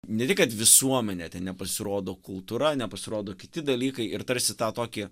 ne tik kad visuomenė nepasirodo kultūra nepasirodo kiti dalykai ir tarsi tą tokį